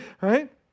right